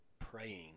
praying